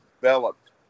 developed